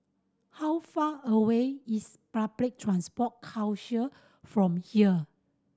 how far away is Public Transport Council from here